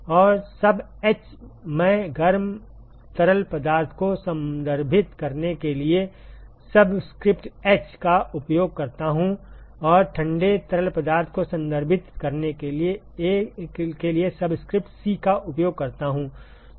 और sub H मैं गर्म तरल पदार्थ को संदर्भित करने के लिए सबस्क्रिप्ट एच का उपयोग करता हूं और ठंडे तरल पदार्थ को संदर्भित करने के लिए सबस्क्रिप्ट सी का उपयोग करता हूं